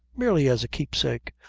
merely as a keepsake.